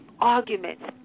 arguments